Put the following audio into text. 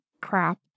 crap